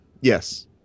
Yes